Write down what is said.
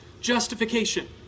justification